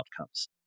outcomes